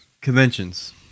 conventions